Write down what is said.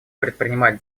предпринимать